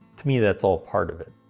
to me that's all part of it.